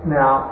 now